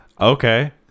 okay